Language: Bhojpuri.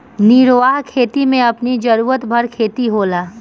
निर्वाह खेती में अपनी जरुरत भर खेती होला